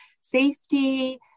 Safety